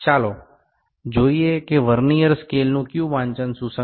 ચાલો જોઈએ કે વર્નીઅર સ્કેલનું કયુ વાંચન સુસંગત છે